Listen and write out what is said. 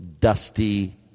dusty